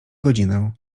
godzinę